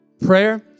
prayer